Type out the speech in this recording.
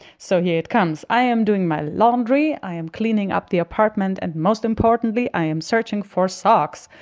so here it comes. i am doing my laundry. i am cleaning up the apartment. and most importantly, i am searching for socks.